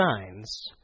signs